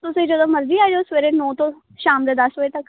ਤੁਸੀਂ ਜਦੋਂ ਮਰਜ਼ੀ ਆ ਜਾਓ ਸਵੇਰੇ ਨੌਂ ਤੋਂ ਸ਼ਾਮ ਦੇ ਦਸ ਵਜੇ ਤੱਕ